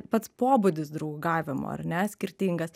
pats pobūdis draugavimo ar ne skirtingas